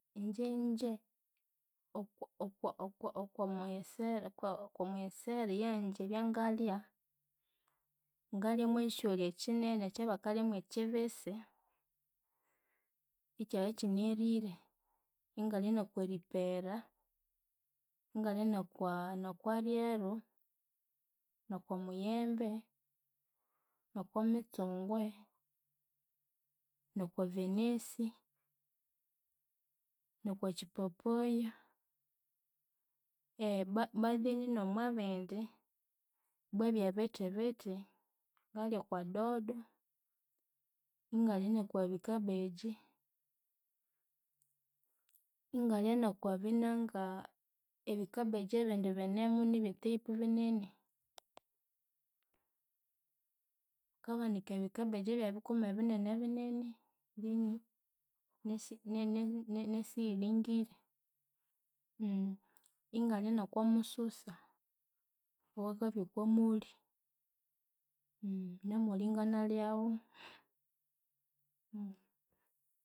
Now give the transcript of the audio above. Ingye okwamughesera kwa- kwamughesera yangye ebyangalya ngalya mwekyoli ekyinene ekyabakalya mwekyibisi ikyakyinerire, ingalya nokwaripera, ingalya nokwa nokwaryeru, nokwamuyembe, nokwamitsungwe, nokwavenesi, nokwakyipapaya, bwathen nomwabindi bwa byebithi bithi, ngalya okwadodo, ingaya nokwabicabbage, ingalya nokwabinanga ebicabbage ebindi binemu nibye type binene. Hakabanika ebicabbage ebyebikoma ebinene binene then nesi nesiyilingire ingalya nokwamususa owakabya okwamoli namoli nganalyawu